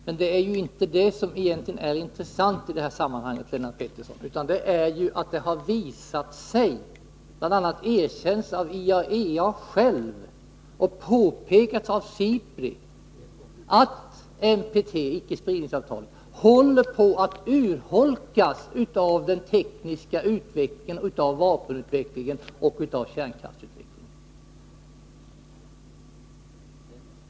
Men det är egentligen inte det som är intressant i detta sammanhang, Lennart Pettersson, utan det är att det har visat sig — bl.a. har det erkänts av IAEA och påpekats av SIPRI — att NPT, icke-spridningsavtalet, håller på att urholkas genom den tekniska utvecklingen, genom 59 vapenutvecklingen och genom kärnkraftsutvecklingen.